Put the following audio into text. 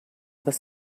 other